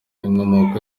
inkomoko